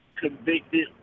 convicted